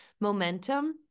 momentum